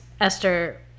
Esther